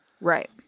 Right